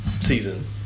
season